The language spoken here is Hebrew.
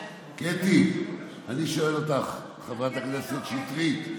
קטי, אני שואל אותך, חברת הכנסת שטרית,